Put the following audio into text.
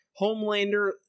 homelander